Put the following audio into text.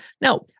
Now